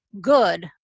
good